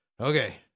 okay